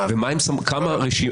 וכמה,